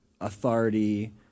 authority